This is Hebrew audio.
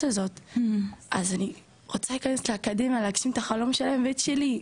הזאת אז אני רוצה להיכנס לאקדמיה להגשים את החלום שלהם ואת שלי.